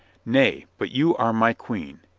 nay, but you are my queen,